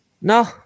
No